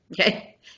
Okay